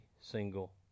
single